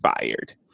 fired